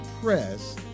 press